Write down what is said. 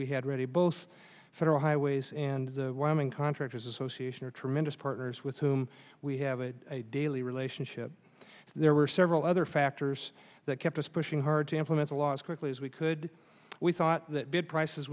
we had ready both federal highways and wyoming contractors association are tremendous partners with whom we have a daily relationship there were several other factors that kept us pushing hard to implement the law as quickly as we could we thought that good prices